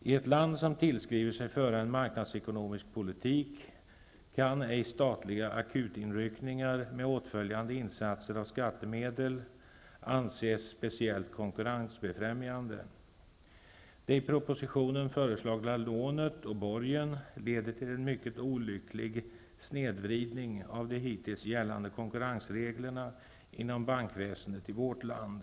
I ett land som tillskriver sig att föra en marknadsekonomisk politik kan ej statliga ''akutinryckningar'' med åtföljande insatser av skattemedel anses speciellt konkurrensbefrämjande. Det i propositionen föreslagna lånet och borgen leder till en mycket olycklig snedvridning av de hittills gällande konkurrensreglerna inom bankväsendet i vårt land.